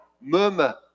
murmur